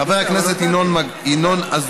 חבר הכנסת ינון אזולאי